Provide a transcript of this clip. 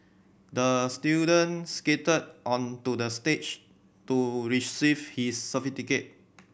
the student skated onto the stage to receive his certificate